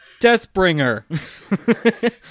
Deathbringer